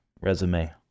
resume